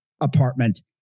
apartment